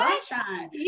sunshine